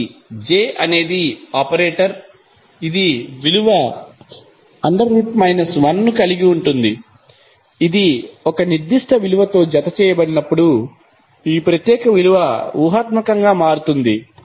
కాబట్టి j అనేది operator ఇది విలువ 1 ను కలిగి ఉంటుంది ఇది ఒక నిర్దిష్ట విలువతో జత చేయబడినప్పుడు ఈ ప్రత్యేక విలువ ఊహాత్మకంగా మారుతుంది